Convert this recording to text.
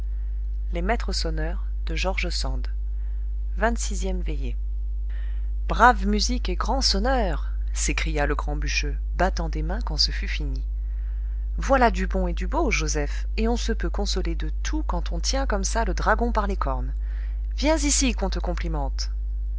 vingt-sixième veillée brave musique et grand sonneur s'écria le grand bûcheux battant des mains quand ce fut fini voilà du bon et du beau joseph et on se peut consoler de tout quand on tient comme ça le dragon par les cornes viens ici qu'on te complimente